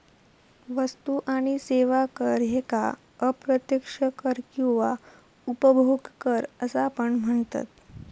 वस्तू आणि सेवा कर ह्येका अप्रत्यक्ष कर किंवा उपभोग कर असा पण म्हनतत